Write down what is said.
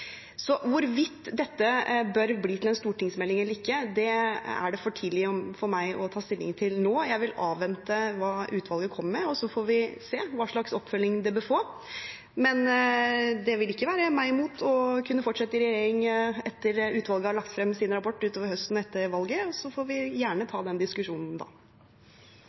Hvorvidt dette bør bli til en stortingsmelding eller ikke, er det for tidlig for meg å ta stilling til nå. Jeg vil avvente hva utvalget kommer med, og så får vi se hva slags oppfølging det vil få. Det vil ikke være meg imot å kunne fortsette i regjering etter at utvalget har lagt frem sin rapport til høsten etter valget. Vi kan gjerne ta den diskusjonen da.